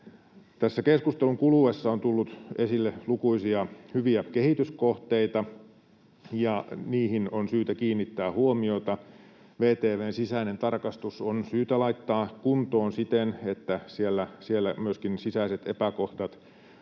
keskustelun kuluessa on tullut esille lukuisia hyviä kehityskohteita, ja niihin on syytä kiinnittää huomiota. VTV:n sisäinen tarkastus on syytä laittaa kuntoon siten, että siellä myöskin sisäiset epäkohdat